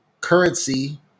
currency